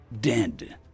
dead